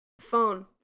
Phone